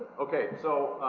okay, so.